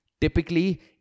Typically